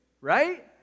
right